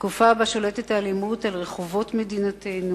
תקופה בה שולטת האלימות על רחובות מדינתנו,